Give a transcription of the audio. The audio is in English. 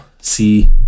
see